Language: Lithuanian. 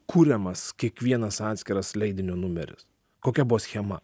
kuriamas kiekvienas atskiras leidinio numeris kokia buvo schema